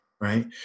right